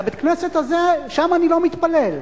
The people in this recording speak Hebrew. לבית-הכנסת הזה, שם אני לא מתפלל.